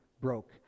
broke